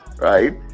right